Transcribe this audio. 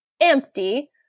empty